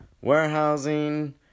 warehousing